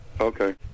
Okay